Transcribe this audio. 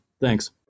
Thanks